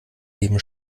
leben